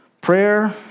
Prayer